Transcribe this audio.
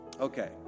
Okay